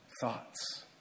Thoughts